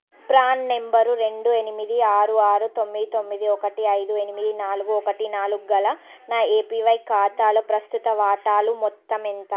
PRAN number రెండు ఎనిమిది ఆరు ఆరు తొమ్మిది తొమ్మిది ఒకటి ఐదు ఎనిమిది నాలుగు ఒకటి నాలుగు గల నా ఏపీవై ఖాతాలో ప్రస్తుత వాటాలు మొత్తం ఎంత